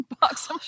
bucks